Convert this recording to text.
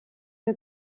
wir